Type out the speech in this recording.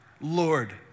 Lord